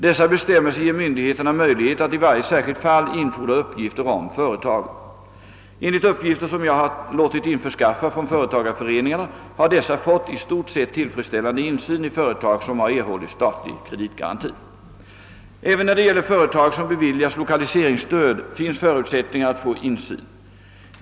Dessa bestämmelser ger myndigheterna möjlighet att i varje särskilt fall infordra uppgifter om företaget. Enligt uppgifter som jag har låtit införskaffa från = företagarföreningarna har dessa fått i stort sett tillfredsställande insyn i företag som har erhållit statlig kreditgaranti. Även när det gäller företag som beviljas lokaliseringsstöd finns förutsättningar att få insyn.